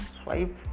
Swipe